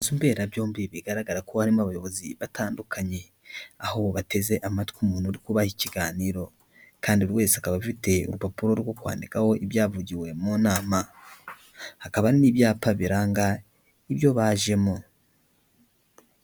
Inzu mberabyombi bigaragara ko harimo abayobozi batandukanye, aho bateze amatwi umuntu uri kubaha ikiganiro kandi buri wese akaba afite urupapuro rwo kwandikaho ibyavugiwe mu nama. Hakaba hari ibyapa biranga ibyo bajemo.